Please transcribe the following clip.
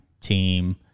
team